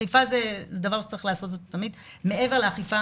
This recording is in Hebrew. אכיפה זה דבר שצריך לעשות תמיד צריך